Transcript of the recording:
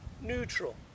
neutral